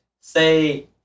Say